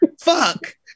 fuck